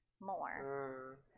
more